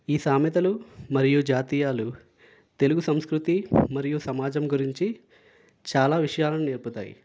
ఈ సామెతలు మరియు జాతీయాలు తెలుగు సంస్కృతి మరియు సమాజం గురించి చాలా విషయాలను నేర్పుతాయి